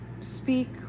speak